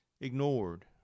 ignored